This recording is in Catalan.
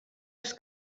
els